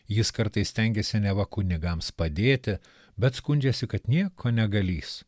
jis kartais stengiasi neva kunigams padėti bet skundžiasi kad nieko negalįs